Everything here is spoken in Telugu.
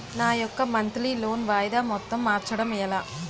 నా యెక్క మంత్లీ లోన్ వాయిదా మొత్తం మార్చడం ఎలా?